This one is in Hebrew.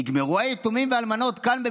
נגמרו היתומים והאלמנות כאן,